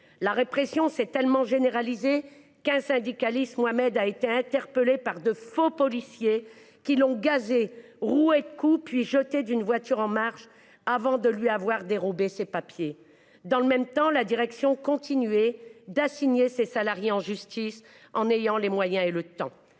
La répression s’est tellement généralisée qu’un syndicaliste, Mohammed, a été interpellé par de faux policiers, qui l’ont gazé, roué de coups, puis jeté d’une voiture en marche après lui avoir dérobé ses papiers. Dans le même temps, la direction continuait d’assigner ses salariées en justice : elle en a les moyens et le temps